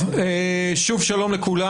שוב שלום לכולם,